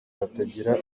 hatagira